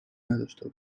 نداشته